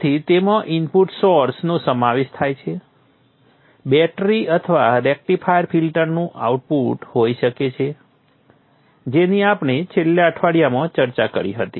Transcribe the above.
તેમાં input source નો સમાવેશ થાય છે બેટરી અથવા રેક્ટિફાયર ફિલ્ટરનું આઉટપુટ હોઈ શકે છે જેની આપણે છેલ્લા અઠવાડિયામાં ચર્ચા કરી હતી